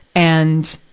and,